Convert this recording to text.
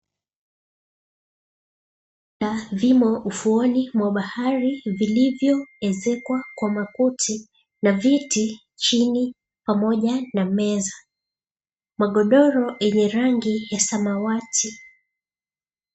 Vimo ufuoni mwa bahari vilivyoezekwa kwa makuti na viti chini pamoja na meza. Magodoro yenye rangi ya samawati.